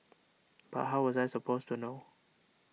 but how was I supposed to know